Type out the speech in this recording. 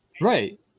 Right